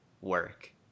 work